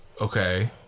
okay